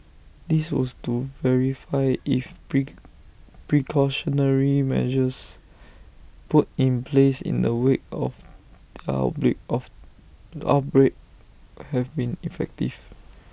this was to verify if precautionary measures put in place in the wake of the outbreak of outbreak have been effective